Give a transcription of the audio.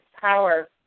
power